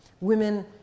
Women